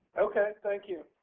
okay, thank you.